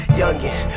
youngin